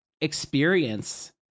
experience